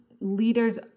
Leaders